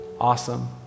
Awesome